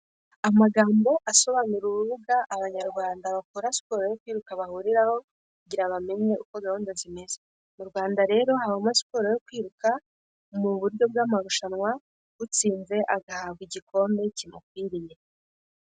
Amagambo asobanura urubuga Abanyarwanda bakora siporo y'urubyiruko bahuriraho kugira bamenye uko gahunda zimeze. Mu rwanda rero habamo siporo yo kwibuka mu buryo bw'amarushanwa, utsinze agahabwa igikombe kimukwiriye.